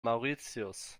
mauritius